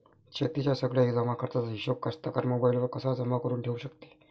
शेतीच्या सगळ्या जमाखर्चाचा हिशोब कास्तकार मोबाईलवर कसा जमा करुन ठेऊ शकते?